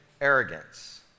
arrogance